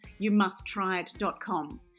youmusttryit.com